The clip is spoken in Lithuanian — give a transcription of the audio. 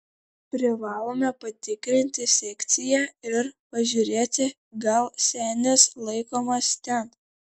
privalome patikrinti sekciją ir pažiūrėti gal senis laikomas ten